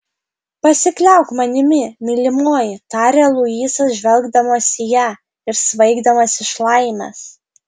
pasikliauk manimi mylimoji tarė luisas žvelgdamas į ją ir svaigdamas iš laimės